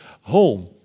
home